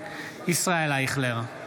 ישראל אייכלר,